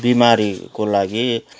बिमारीको लागि